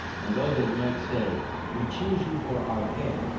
and though they might say we choose you for our head,